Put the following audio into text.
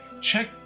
check